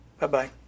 Bye-bye